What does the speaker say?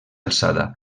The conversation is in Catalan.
alçada